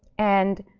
and